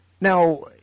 Now